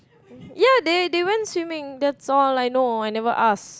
ya they they went swimming that's all I know I never ask